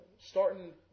starting